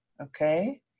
okay